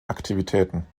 aktivitäten